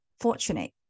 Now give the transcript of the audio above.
fortunate